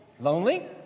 Lonely